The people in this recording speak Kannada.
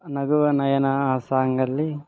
ನಗುವ ನಯನ ಆ ಸಾಂಗಲ್ಲಿ